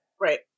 Right